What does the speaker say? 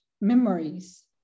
memories